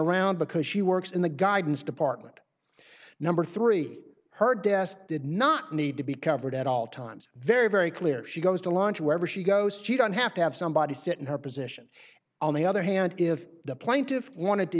around because she works in the guidance department number three her desk did not need to be covered at all times very very clear she goes to launch wherever she goes she don't have to have somebody sit in her position on the other hand if the plaintiff wanted to